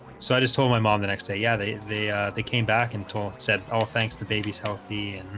so i just told my mom the next day. yeah, they they they came back and talked said all thanks the baby's healthy